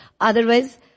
Otherwise